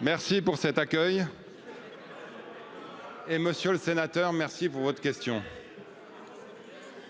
Merci pour cet accueil.-- Et Monsieur le Sénateur merci pour votre question. Je